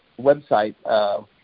website